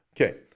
Okay